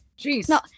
Jeez